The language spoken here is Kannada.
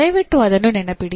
ದಯವಿಟ್ಟು ಅದನ್ನು ನೆನಪಿಡಿ